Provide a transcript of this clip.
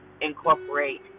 incorporate